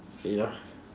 ya